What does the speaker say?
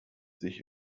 sich